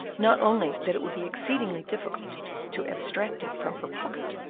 not only that it would be exceedingly difficult to abstract it from her pocket,